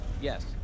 Yes